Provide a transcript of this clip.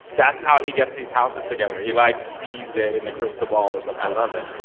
that's how he gets these houses together. he, like, sees it in the crystal ball or something i love it